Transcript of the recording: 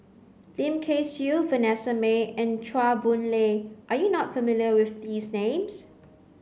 Lim Kay Siu Vanessa Mae and Chua Boon Lay are you not familiar with these names